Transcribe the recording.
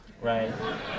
right